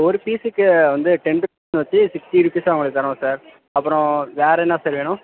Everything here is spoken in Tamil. ஒரு பீஸுக்கு வந்து டென் வச்சு சிக்ஸ்டி ருபீஸாக உங்களுக்கு தர்றோம் சார் அப்புறம் வேறு என்ன சார் வேணும்